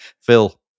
Phil